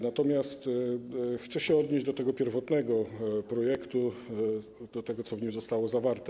Natomiast chcę się odnieść do tego pierwotnego projektu, do tego, co w nim zostało zawarte.